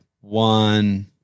one